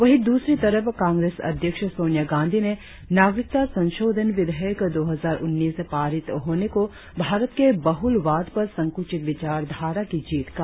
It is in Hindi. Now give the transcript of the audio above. वहीं दूसरी तरफ कांग्रेस अध्यक्ष सोनिया गांधी ने नागरिकता संशोधन विधेयक दो हजार उन्नीस पारित होने को भारत के बहुलवाद पर संकुचित विचारधारा की जीत कहा